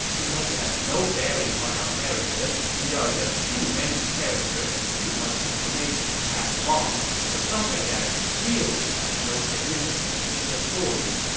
because it has no bearing on our narrative and there are just too many characters and too much information to pass along for something that really has no significance in the story.